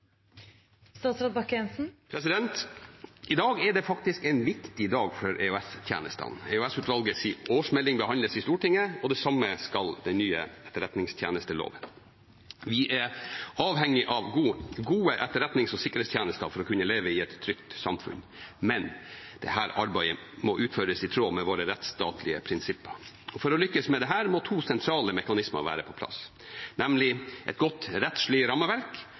av gode etterretnings- og sikkerhetstjenester for å kunne leve i et trygt samfunn. Men: Dette arbeidet må utføres i tråd med våre rettsstatlige prinsipper. For å lykkes med dette må to sentrale mekanismer være på plass, nemlig et godt rettslig rammeverk